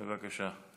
בבקשה.